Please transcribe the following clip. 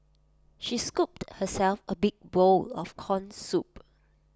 she scooped herself A big bowl of Corn Soup